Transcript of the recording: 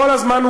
כל הזמן,